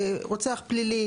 רוצח פלילי,